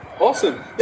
Awesome